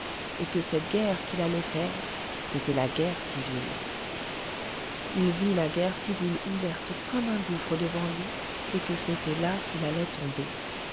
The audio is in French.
il vit la guerre civile ouverte comme un gouffre devant lui et que c'était là qu'il allait tomber